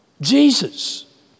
Jesus